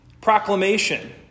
proclamation